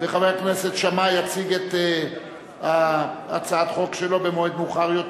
וחבר הכנסת שאמה יציג את הצעת החוק שלו במועד מאוחר יותר,